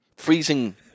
freezing